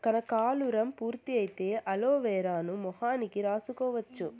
కనకాలురం పూర్తి అయితే అలోవెరాను మొహానికి రాసుకోవచ్చు